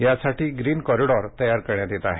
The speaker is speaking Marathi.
यासाठी ग्रीन कॉरिडॉर तयार करण्यात येत आहेत